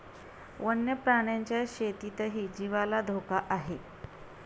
वन्य प्राण्यांच्या शेतीतही जीवाला धोका आहे